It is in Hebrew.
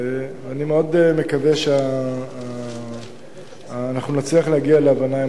אני מאוד מקווה שאנחנו נצליח להגיע להבנה עם הנאמן.